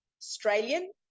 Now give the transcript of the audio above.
Australian